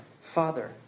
Father